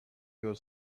your